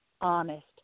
honest